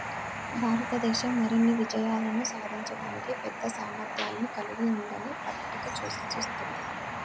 భారతదేశం మరిన్ని విజయాలు సాధించడానికి పెద్ద సామర్థ్యాన్ని కలిగి ఉందని పట్టిక సూచిస్తుంది